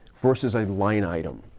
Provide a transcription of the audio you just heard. versus a line item,